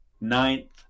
Ninth